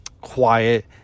quiet